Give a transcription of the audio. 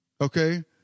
Okay